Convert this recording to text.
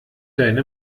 deine